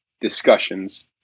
discussions